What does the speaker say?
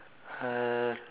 uh